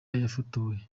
yafotowe